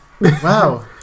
Wow